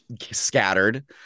scattered